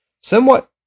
somewhat